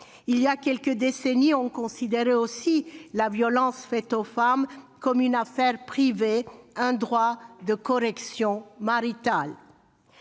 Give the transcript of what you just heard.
Il y a quelques décennies, on considérait aussi les violences faites aux femmes comme une affaire privée, un droit de correction marital.